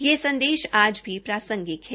यह सन्देश आज भी प्रासंगिक है